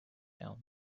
town